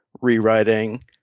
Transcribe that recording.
rewriting